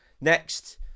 next